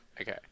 okay